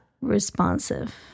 Responsive